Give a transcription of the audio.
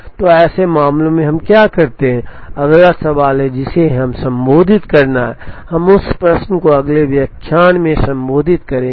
तो ऐसे मामलों में हम क्या करते हैं अगला सवाल है जिसे हमें संबोधित करना है हम उस प्रश्न को अगले व्याख्यान में संबोधित करेंगे